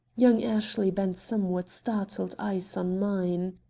young ashley bent somewhat startled eyes on mine.